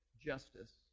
justice